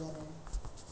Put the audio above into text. mm